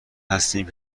هستیم